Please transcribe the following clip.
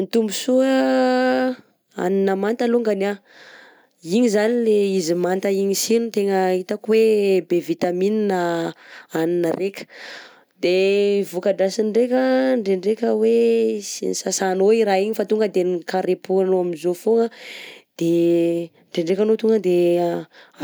Ny tombotsoa hanina manta alongany, igny zany le izy manta igny sy no tegna hitako hoe be vitamine hanina reka, de voka-dratsiny ndreka ndrendreka hoe tsy nisasanao i raha igny fa tonga de nikarepohanao amin'zao fogna de ndrendreka anao tonga de